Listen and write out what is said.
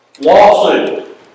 lawsuit